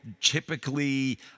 typically